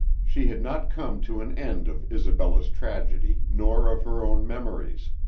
she had not come to an end of isabella's tragedy nor of her own memories,